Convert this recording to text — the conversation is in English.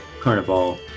Carnival